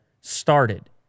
started